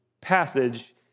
passage